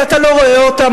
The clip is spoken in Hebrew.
כי אתה לא רואה אותם,